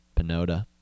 Pinota